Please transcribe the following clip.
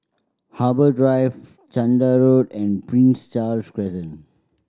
Harbour Drive Chander Road and Prince Charles Crescent